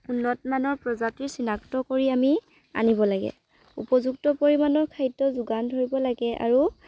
উন্নতমানৰ প্ৰজাতি চিনাক্ত কৰি আমি আনিব লাগে উপযুক্ত পৰিমাণৰ খাদ্য় যোগান ধৰিব লাগে আৰু